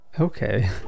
Okay